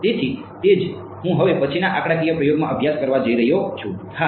તેથી તે જ હું હવે પછીના આંકડાકીય પ્રયોગમાં અભ્યાસ કરવા જઈ રહ્યો છું હા